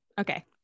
okay